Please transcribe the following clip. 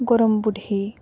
ᱜᱚᱲᱚᱢ ᱵᱩᱰᱦᱤ